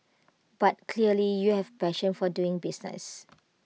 but clearly you have A passion for doing business